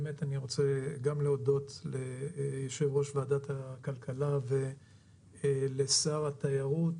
אני רוצה להודות ליושב-ראש ועדת הכלכלה ולשר התיירות,